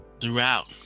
Throughout